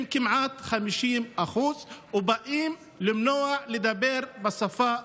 הם כמעט 50% ובאים למנוע מהם לדבר בשפה הערבית?